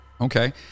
Okay